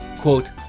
Quote